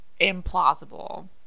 implausible